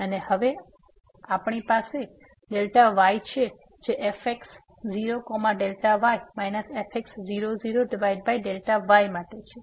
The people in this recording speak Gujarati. અને હવે અમારી પાસે આ Δy છે fx0y fx00y માટે છે